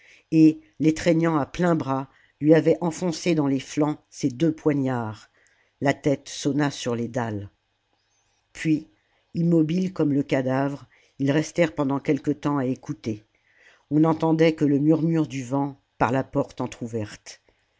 et l'étreignant à pleins bras lui avait enfoncé dans les flancs ses deux poignards la tête sonna sur les dalles puis immobiles comme le cadavre ils restèrent pendant quelque temps à écouter on n'entendait que le murmure du vent par la porte